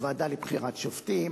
הוועדה לבחירת שופטים,